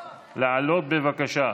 לעלות, בבקשה.